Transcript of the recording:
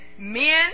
men